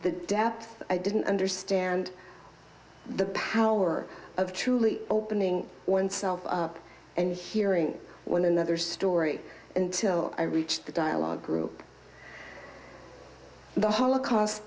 the depth i didn't understand the power of truly opening oneself up and hearing one another story and i reached the dialogue group the holocaust